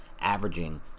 averaging